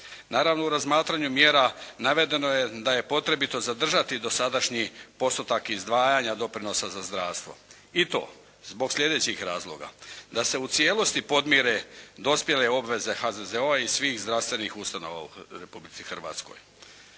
Naravno u razmatranju mjera navedeno je da je potrebito zadržati dosadašnji postotak izdvajanja doprinosa za zdravstvo i to zbog slijedećih razloga. Da se u cijelosti podmire dospjele obveze HZZO-a i svih zdravstvenih ustanova u Republici Hrvatskoj.